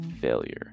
failure